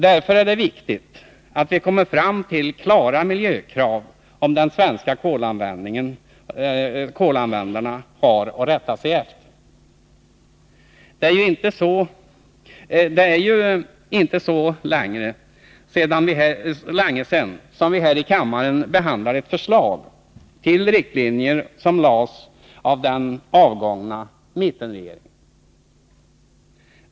Därför är det viktigt att vi kommer fram till klara miljökrav, som de svenska kolanvändarna har att rätta sig efter. Det är inte så länge sedan vi här i kammaren behandlade ett förslag till riktlinjer som lades fram av den avgångna mittenregeringen.